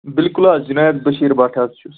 بِلکُل حظ جناب بشیٖر بٹ حظ چھُس